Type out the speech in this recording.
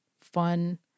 fun